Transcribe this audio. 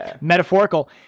metaphorical